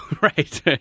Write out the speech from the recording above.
right